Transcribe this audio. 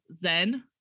zen